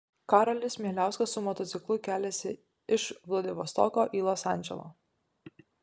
karolis mieliauskas su motociklu keliasi iš vladivostoko į los andželą